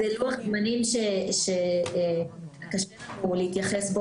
זה לוח זמנים שקשה לנו להתייחס בו